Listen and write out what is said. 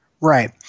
Right